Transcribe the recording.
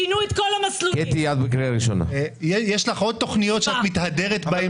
התכנית הזאת שאנחנו מדברות ומדברים